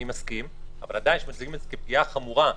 אני מסכים, אבל עדיין להציג את זה כפגיעה חמורה?